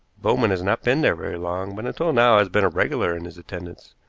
bowman has not been there very long, but until now has been regular in his attendance.